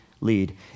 lead